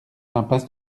impasse